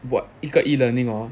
!wah! 一个 e-learning hor